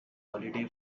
holiday